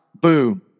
boom